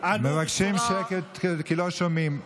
מבקשים שקט כי לא שומעים.